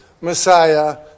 Messiah